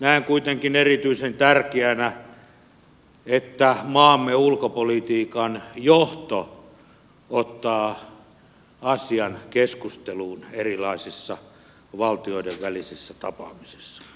näen kuitenkin erityisen tärkeänä että maamme ulkopolitiikan johto ottaa asian keskusteluun erilaisissa valtioiden välisissä tapaamisissa